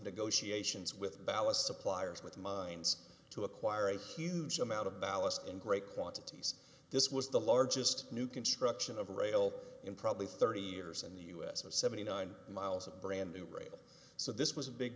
negotiations with ballast suppliers with mines to acquire a huge amount of ballast in great quantities this was the largest new construction of rail in probably thirty years in the u s of seventy nine miles of brand new rail so this was a big